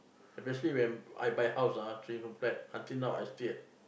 especially when I buy house ah three room flat until now I still at